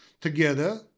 together